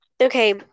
Okay